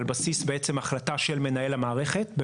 על בסיס החלטה של מנהל המערכת,